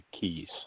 keys